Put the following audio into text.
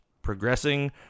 progressing